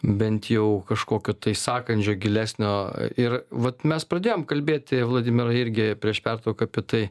bent jau kažkokio tai sąkandžio gilesnio ir vat mes pradėjom kalbėti vladimirai irgi prieš pertrauką apie tai